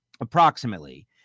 approximately